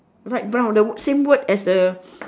light brown the same word as the